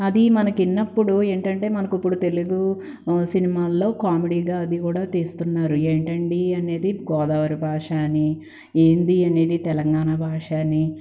ఇది మనకి ఇన్నప్పుడు ఏంటంటే మనకిప్పుడు తెలుగు సినిమాల్లో కామెడీగా అది కూడా తీస్తున్నారు ఏంటండీ అనేది గోదావరి భాష అని ఏంటి అనేది తెలంగాణ భాష అని